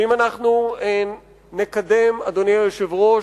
ואם נקדם, אדוני היושב-ראש,